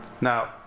Now